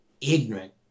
ignorant